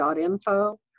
.info